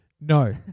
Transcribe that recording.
No